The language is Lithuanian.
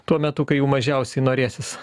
tuo metu kai jų mažiausiai norėsis